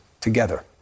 together